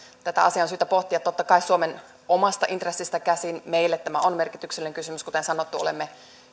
tätä asiaa on syytä pohtia totta kai suomen omasta intressistä käsin meille tämä on merkityksellinen kysymys kuten sanottu olemme